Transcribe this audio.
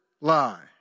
lie